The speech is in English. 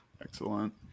Excellent